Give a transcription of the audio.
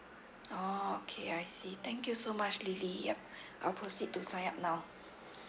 oo okay I see thank you so much lily yup I'll proceed to sign up now